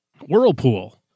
Whirlpool